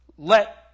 Let